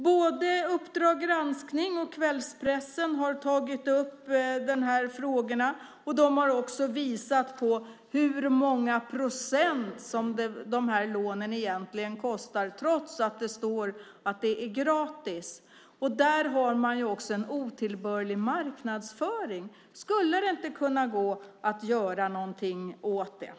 Både i Uppdrag granskning och i kvällspressen har man tagit upp de här frågorna och visat på hur många procent som de här lånen egentligen kostar trots att det står att det är gratis. Där har man ju också otillbörlig marknadsföring. Skulle det inte kunna gå att göra någonting åt detta?